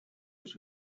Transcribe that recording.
was